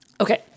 Okay